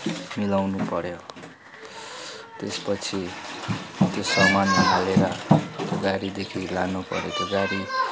मिलाउनु पऱ्यो त्यसपछि त्यो सामान हालेर गाडीदेखि लानु पऱ्यो त्यो गाडी